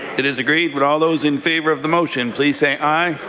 it is agreed. would all those in favour of the motion please say aye.